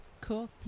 Cool